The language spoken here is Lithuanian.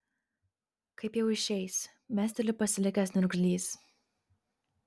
kaip jau išeis mesteli pasilikęs niurgzlys